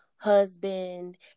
husband